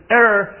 error